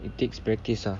it takes practice ah